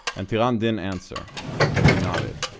and tiran didn't answer but he nodded.